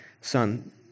son